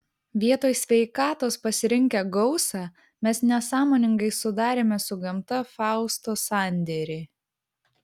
vietoj sveikatos pasirinkę gausą mes nesąmoningai sudarėme su gamta fausto sandėrį